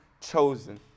chosen